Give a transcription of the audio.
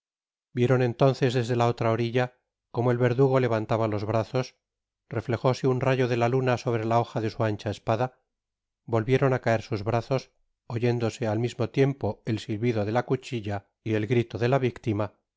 vieron entonces desde la otra orilla como el verdugo levantaba los brazos reflejóse un rayo de la luna sobre la hoja de su ancba espada volvieron á caer sus brazos oyéndose al mismo tiempo el silbido de la cuchilla y el grito de la victima